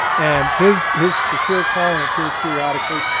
and his his satiric column appears periodically.